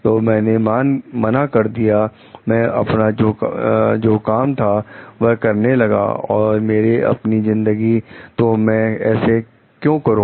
तो मैंने मना कर दिया मैं अपना जो काम था वह करने लगा और मेरी अपनी जिंदगी तो मैं ऐसा क्यों करूं